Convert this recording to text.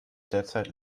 derzeit